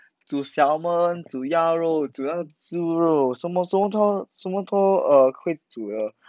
煮 salmon 煮鸭肉煮那个猪肉什么什么都什么都 err 会煮的